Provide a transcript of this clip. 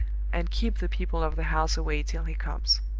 and keep the people of the house away till he comes.